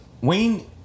Wayne